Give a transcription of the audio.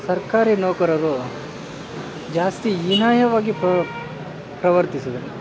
ಸರ್ಕಾರಿ ನೌಕರರು ಜಾಸ್ತಿ ಹೀನಾಯವಾಗಿ ಪ್ರವರ್ತಿಸಿದರು